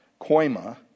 koima